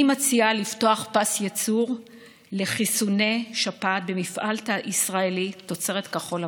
אני מציעה לפתוח פס ייצור לחיסוני שפעת במפעל ישראלי תוצרת כחול לבן.